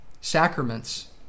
sacraments